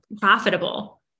profitable